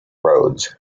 roads